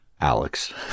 Alex